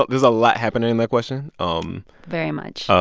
there's a lot happening in that question. um very much